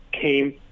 came